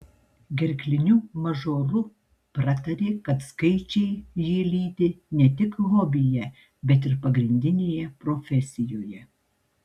gerkliniu mažoru pratarė kad skaičiai jį lydi ne tik hobyje bet ir pagrindinėje profesijoje